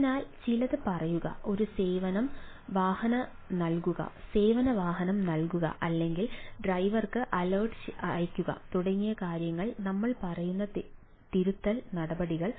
അതിനാൽ ചിലത് പറയുക ഒരു സേവന വാഹനം നൽകുക അല്ലെങ്കിൽ ഡ്രൈവർക്ക് അലേർട്ട് അയയ്ക്കുക തുടങ്ങിയ കാര്യങ്ങളിൽ ഞങ്ങൾ പറയുന്ന തിരുത്തൽ നടപടികൾ